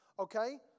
Okay